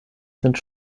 sind